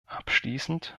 abschließend